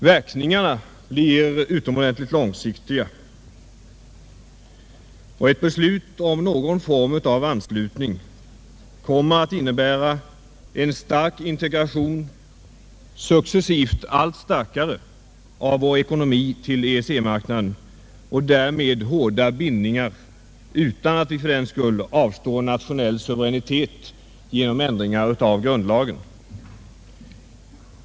Verkningarna blir utomordentligt långsiktiga, och ett beslut om någon form av anslutning kommer att innebära en stark integration, successivt allt starkare, av vår ekonomi till EEC-marknaden och därmed hårda bindningar, utan att vi fördenskull avstår nationell suveränitet genom ändringar i grundlagen.